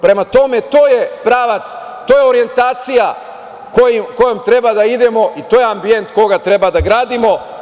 Prema tome, to je pravac, to je orijentacija kojom treba da idemo, i to je ambijent koji treba da gradimo.